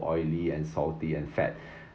oily and salty and fat